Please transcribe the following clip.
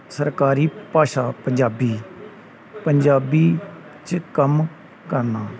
ਸਰਕਾਰੀ ਭਾਸ਼ਾ ਪੰਜਾਬੀ ਪੰਜਾਬੀ 'ਚ ਕੰਮ ਕਰਨਾ